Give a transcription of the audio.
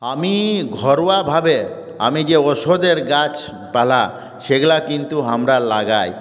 আমি ঘরোয়াভাবে আমি যে ওষুধের গাছপালা সেগুলো কিন্তু আমরা লাগাই